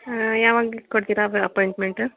ಹಾಂ ಯಾವಾಗ ಕೊಡ್ತೀರಾ ಅಪೆ ಅಪಾಯಿಂಟ್ಮೆಂಟ್